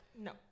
No